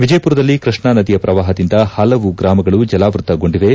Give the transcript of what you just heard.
ವಿಜಯಪುರದಲ್ಲಿ ಕೈಷ್ಣಾ ನದಿಯ ಪ್ರವಾಹದಿಂದ ಪಲವು ಗಾಮಗಳು ಜಲಾವೃತಗೊಂಡಿವೆ